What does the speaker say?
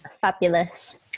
Fabulous